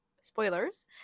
spoilers